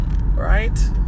right